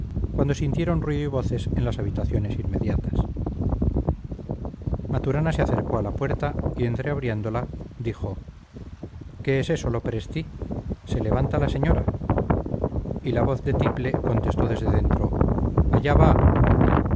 cuando sintieron ruido y voces en las habitaciones inmediatas maturana se acercó a la puerta y entreabriéndola dijo qué es eso lopresti se levanta la señora y la voz de tiple contestó desde dentro allá va